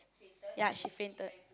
ya she fainted